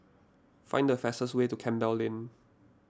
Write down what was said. find the fastest way to Campbell Lane